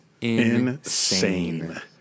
insane